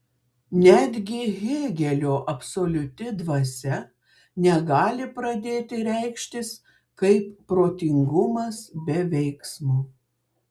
netgi hėgelio absoliuti dvasia negali pradėti reikštis kaip protingumas be veiksmo